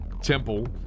Temple